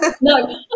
No